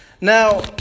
Now